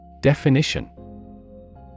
Definition